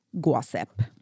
gossip